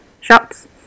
shops